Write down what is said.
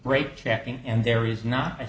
great checking and there is not